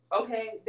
Okay